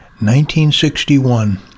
1961